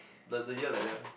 the the year like that one